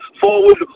forward